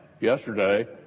yesterday